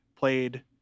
played